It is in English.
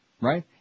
Right